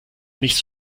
nicht